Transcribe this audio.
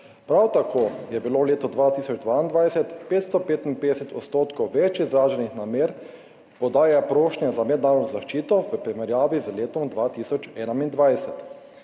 Prav tako je bilo leto 2022 555 odstotkov več izraženih namer podaje prošnje za mednarodno zaščito v primerjavi z letom 2021.